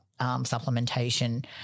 supplementation